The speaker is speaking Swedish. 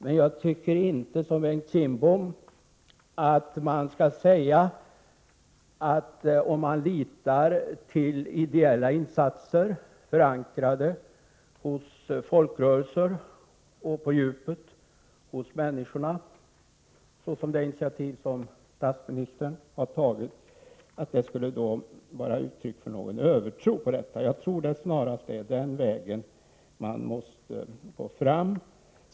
Men jag tycker inte att man skall säga som Bengt Kindbom, att det skulle vara uttryck för någon övertro på ideella insatser om man litar till sådana insatser som är djupt förankrade hos folkrörelserna och människorna, såsom det initiativ som statsministern har tagit. Jag tror snarast att det är den vägen man måste gå fram.